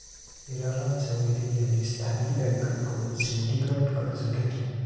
हिरा लाल झवेरी यांनी स्थानिक बँकांकडून सिंडिकेट कर्ज घेतले